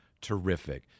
terrific